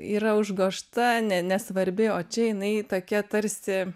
yra užgožta ne nesvarbi o čia jinai tokia tarsi